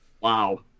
Wow